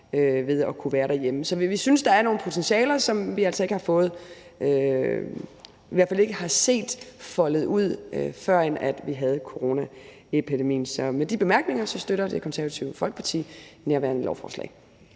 ved at kunne være derhjemme. Så vi synes, der er nogle potentialer, som vi i hvert fald ikke har set foldet ud, førend vi havde coronaepidemien. Så med de bemærkninger støtter Det Konservative Folkeparti nærværende lovforslag.